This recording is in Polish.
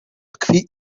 tkwi